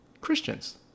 Christians